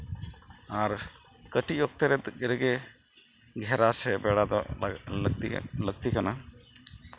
ᱟᱨ ᱠᱟᱹᱴᱤᱡ ᱚᱠᱛᱮ ᱨᱮᱜᱮ ᱜᱷᱮᱨᱟ ᱥᱮ ᱵᱮᱲᱟ ᱫᱚ ᱞᱟᱹᱠᱛᱤ ᱜᱮ ᱞᱟᱹᱠᱛᱤᱜ ᱠᱟᱱᱟ